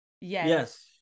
Yes